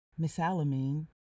misalamine